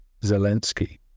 Zelensky